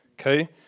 okay